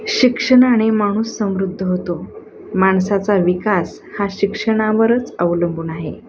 शिक्षणाने माणूस समृद्ध होतो माणसाचा विकास हा शिक्षणावरच अवलंबून आहे